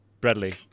Bradley